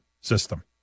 system